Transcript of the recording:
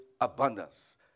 abundance